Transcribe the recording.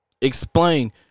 Explain